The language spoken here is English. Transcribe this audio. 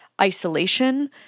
isolation